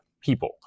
people